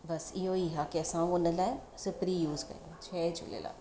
बसि इहो ई आहे की असां उन लाइ सिपरी यूस कयूं जय झूलेलाल